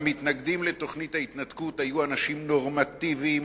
המתנגדים לתוכנית ההתנתקות היו אנשים נורמטיביים,